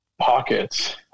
pockets